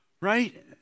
right